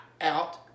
out